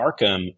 Arkham